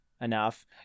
enough